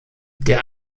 der